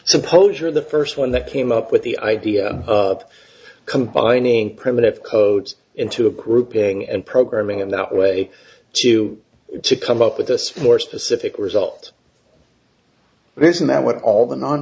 suppose you're the first one that came up with the idea of combining primitive codes into a grouping and programming in that way to come up with us for specific result but isn't that what all the non